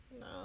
No